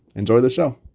enjoy the show